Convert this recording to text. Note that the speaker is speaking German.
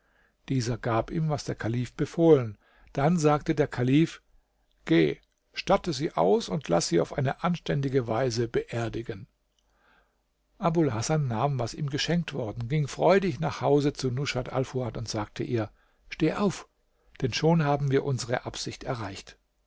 dieser gab ihm was der kalif befohlen dann sagte der kalif geh statte sie aus und laß sie auf eine anständige weise beerdigen abul hasan nahm was ihm geschenkt worden ging freudig nach hause zu rushat alfuad und sagte ihr steh auf denn schon haben wir unsere absicht erreicht